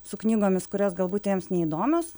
su knygomis kurios galbūt jiems neįdomios